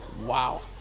Wow